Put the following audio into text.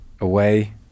away